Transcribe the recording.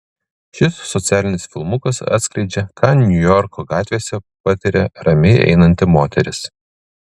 šis socialinis filmukas atskleidžia ką niujorko gatvėse patiria ramiai einanti moteris